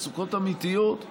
מצוקות אמיתיות.